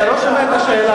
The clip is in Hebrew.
אתה לא שומע את השאלה.